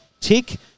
Tick